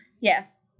Yes